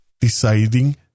deciding